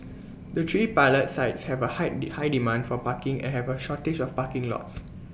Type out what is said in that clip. the three pilot sites have A high high demand for parking and have A shortage of parking lots